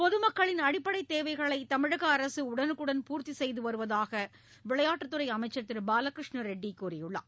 பொதுமக்களின் அடிப்படைத் தேவைகளை தமிழக அரசு உடனுக்குடன் பூர்த்தி செய்து வருவதாக விளையாட்டுத் துறை அமைச்சர் திரு பாலகிருஷ்ணரெட்டி கூறியுள்ளார்